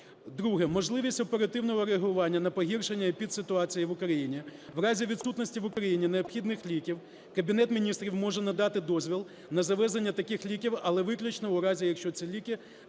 Друге. Можливість оперативного реагування на погіршення епідситуації в Україні. В разі відсутності в Україні необхідних ліків Кабінет Міністрів може надати дозвіл на завезення таких ліків, але виключно у разі, якщо ці ліки допущені